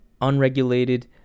unregulated